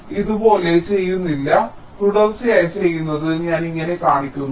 ഇത് ഇതുപോലെ ചെയ്യുന്നില്ല തുടർച്ചയായി ചെയുന്നത് ഞാൻ ഇങ്ങനെ കാണിക്കുന്നു